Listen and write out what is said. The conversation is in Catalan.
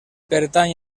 pertany